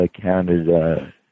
Canada